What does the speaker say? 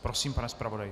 Prosím, pane zpravodaji.